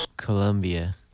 Colombia